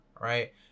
right